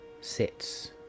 sits